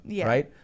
right